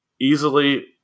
easily